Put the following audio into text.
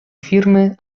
firmy